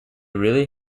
really